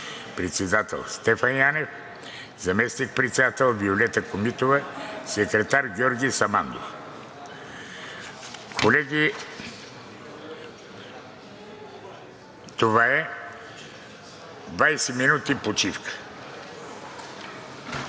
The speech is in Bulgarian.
председател – Стефан Янев, заместник-председател – Виолета Комитова, секретар – Георги Самандов.“ Колеги, това е. Двадесет минути почивка.